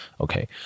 Okay